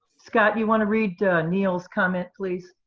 scott, you want to read neil's comment, please?